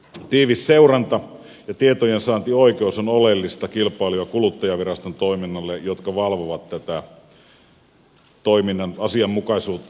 tiivis seuranta ja tietojensaantioikeus on oleellista kilpailu ja kuluttajaviraston toiminnalle joka valvoo tätä toiminnan asianmukaisuutta